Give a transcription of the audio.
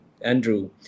Andrew